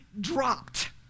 dropped